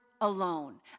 alone